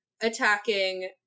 attacking